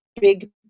big